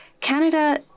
Canada